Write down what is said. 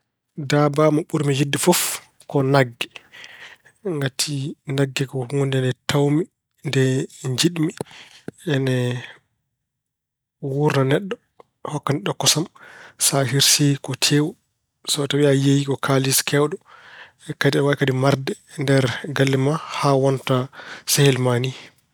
Daabaa mo ɓurmi yiɗde fof ko nagge. Ngati nagge ko huunde nde tawmi, nde njiɗmi. Ene wuurna neɗɗo, hokka neɗɗo kosam. Sa hirsii ko tewu. So tawi a yeeyii ko kaalis keewɗo. Kadi aɗa waawi kadi marde nder galle ma haa wonta sehil ma ni.